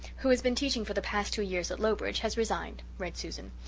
who has been teaching for the past two years at lowbridge, has resigned read susan.